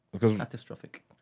Catastrophic